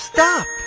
Stop